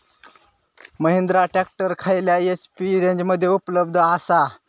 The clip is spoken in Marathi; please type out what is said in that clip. महिंद्रा ट्रॅक्टर खयल्या एच.पी रेंजमध्ये उपलब्ध आसा?